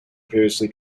previously